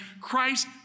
Christ